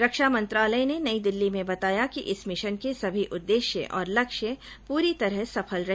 रक्षा मंत्रालय ने नई दिल्ली में बताया कि इस मिशन के सभी उद्देश्य और लक्ष्य पूरी तरह सफल रहे